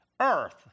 earth